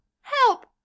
Help